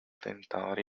tentadora